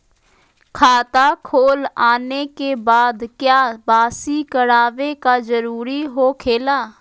खाता खोल आने के बाद क्या बासी करावे का जरूरी हो खेला?